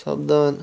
سَپدان